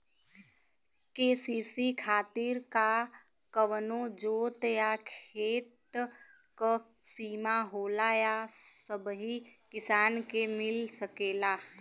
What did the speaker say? KCC खातिर का कवनो जोत या खेत क सिमा होला या सबही किसान के मिल सकेला?